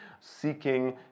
seeking